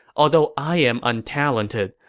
although i am untalented,